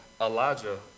Elijah